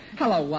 hello